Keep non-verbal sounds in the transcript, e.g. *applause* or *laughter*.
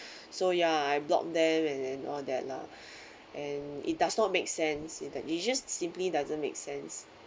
*breath* so ya I block them and and all that lah *breath* and it does not make sense it's just simply doesn't make sense